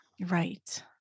Right